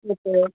okay